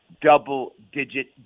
double-digit